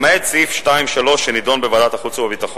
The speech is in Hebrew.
למעט סעיף 2(3) שנדון בוועדת החוץ והביטחון,